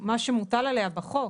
זה בדיוק מה שמוטל עליה בחוק.